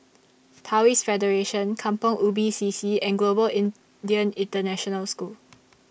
Taoist Federation Kampong Ubi C C and Global Indian International School